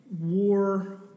war